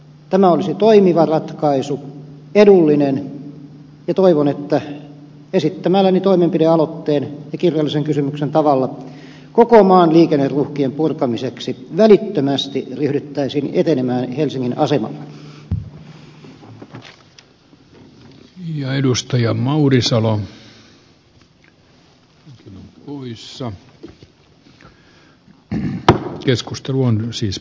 tämä olisi toimiva ratkaisu edullinen ja toivon että koko maan liikenneruuhkien purkamiseksi toimenpidealoitteessa ja kirjallisessa kysymyksessä esittämälläni tavalla ryhdyttäisiin etenemään välittömästi helsingin asemalla